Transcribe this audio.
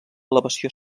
elevació